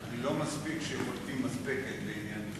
אני לא בטוח שיכולתי מספקת בעניין זה.